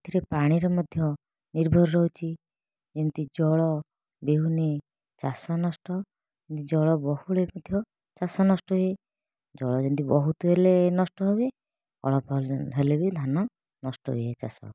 ଏଥିରେ ପାଣିରେ ମଧ୍ୟ ନିର୍ଭର ରହୁଛି ଯେମିତି ଜଳ ବିହୁନେ ଚାଷ ନଷ୍ଟ ଜଳ ବହୁଳେ ମଧ୍ୟ ଚାଷ ନଷ୍ଟ ହୁଏ ଜଳ ଯେମିତି ବହୁତ ହେଲେ ନଷ୍ଟ ହୁଏ ଅଳପ ହେଲେ ହେଲେ ବି ଧାନ ନଷ୍ଟ ହୁଏ ଚାଷ